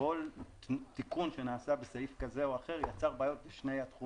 כל תיקון שנעשה בסעיף כזה או אחר יצר בעיות בשני התחומים.